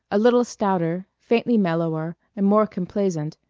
a little stouter, faintly mellower, and more complaisant,